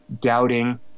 doubting